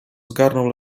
zgarnął